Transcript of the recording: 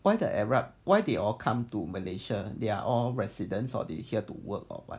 why the arab why they all come to malaysia they all residents or they here to work or what